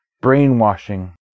brainwashing